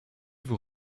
vous